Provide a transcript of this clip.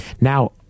Now